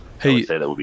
Hey